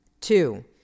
Two